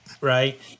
Right